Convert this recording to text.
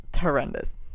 horrendous